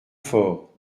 fort